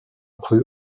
peu